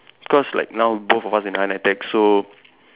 cause like now both of us in higher nitec so